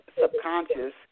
subconscious